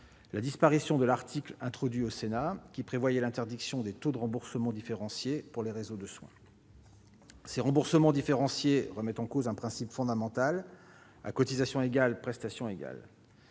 la disparition de l'article, introduit au Sénat, prévoyant l'interdiction des taux de remboursement différenciés pour les réseaux de soins. Ces remboursements différenciés remettent en cause un principe fondamental : à cotisations égales, prestations égales.